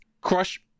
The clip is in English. crush